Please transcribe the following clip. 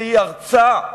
שהיא ארצה,